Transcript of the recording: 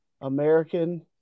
American